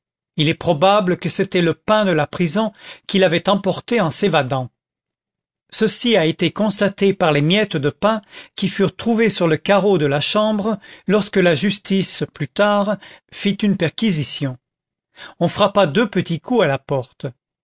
il est probable que c'était le pain de la prison qu'il avait emporté en s'évadant ceci a été constaté par les miettes de pain qui furent trouvées sur le carreau de la chambre lorsque la justice plus tard fit une perquisition on frappa deux petits coups à la porte